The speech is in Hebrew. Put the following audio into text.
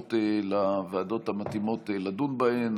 אפשרות לוועדות המתאימות לדון בהן.